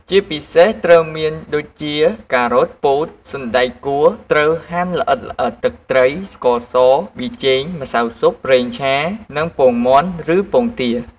ជាពិសេស ត្រូវមានដូចជា ការ៉ុត ពោត សណ្តែកគួរត្រូវហាន់ល្អិតៗ ទឹកត្រី ស្ករស ប៊ីចេង ម្សៅស៊ុប ប្រេងឆា និង ពងមាន់ឬពងទា។